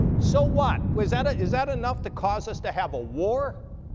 so what. was that, ah is that enough to cause us to have a war?